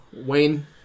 Wayne